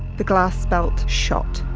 the glass spelt, shot.